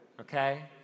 okay